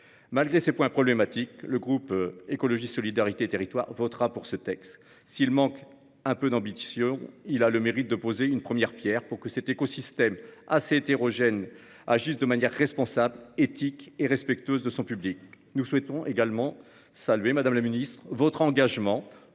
Malgré ces points problématiques, le groupe Écologiste-Solidarité et Territoires votera ce texte. Si ce dernier manque un peu d'ambition, il a le mérite de poser une première pierre pour que cet écosystème assez hétérogène agisse de manière responsable, éthique et respectueuse de son public. Je souhaite également saluer votre engagement,